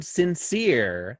sincere